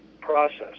process